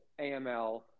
AML